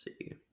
see